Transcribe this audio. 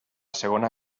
segona